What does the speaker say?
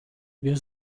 wir